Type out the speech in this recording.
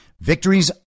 victories